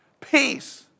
Peace